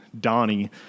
Donnie